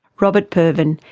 robert purvin,